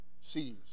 sees